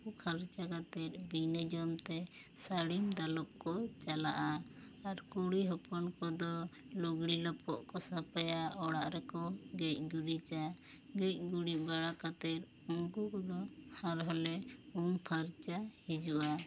ᱯᱷᱟᱨᱪᱟ ᱠᱟᱛᱮᱜ ᱵᱤᱱᱟ ᱡᱚᱢ ᱛᱮ ᱥᱟᱹᱲᱤᱢ ᱫᱟᱞᱚᱵ ᱠᱚ ᱪᱟᱞᱟᱜᱼᱟ ᱟᱨ ᱠᱩᱲᱤ ᱦᱚᱯᱚᱱ ᱠᱚᱫᱚ ᱞᱩᱜᱽᱲᱤ ᱞᱟᱯᱚᱜ ᱠᱚ ᱥᱟᱯᱷᱟᱭᱟ ᱚᱲᱟᱜ ᱨᱮᱠᱚ ᱜᱮᱡ ᱜᱩᱨᱤᱡᱟ ᱜᱮᱡ ᱜᱩᱨᱤᱡᱽ ᱵᱟᱲᱟ ᱠᱟᱛᱮ ᱩᱱᱠᱩ ᱠᱚᱫᱚ ᱟᱨ ᱦᱚᱸ ᱞᱮ ᱩᱢ ᱯᱷᱟᱨᱪᱟ ᱦᱤᱡᱩᱜᱼᱟ